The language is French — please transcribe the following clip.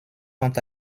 quant